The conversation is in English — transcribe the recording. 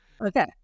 Okay